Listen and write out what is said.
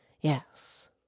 Yes